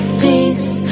peace